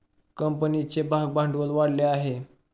कंपनीचे भागभांडवल वाढले आहे